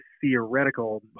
theoretical